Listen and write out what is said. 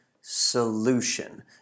Solution